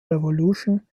revolution